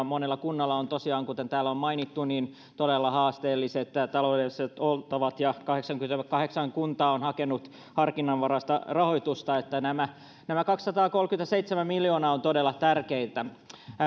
monella kunnalla on tosiaan kuten täällä on mainittu todella haasteelliset taloudelliset oltavat ja kahdeksankymmentäkahdeksan kuntaa on hakenut harkinnanvaraista rahoitusta että nämä nämä kaksisataakolmekymmentäseitsemän miljoonaa ovat todella tärkeitä